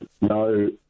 No